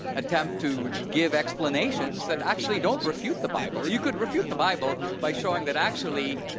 attempt to give explanations that actually don't refute the bible. you could refute the bible by showing that, actually,